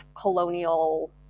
colonial